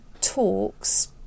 talks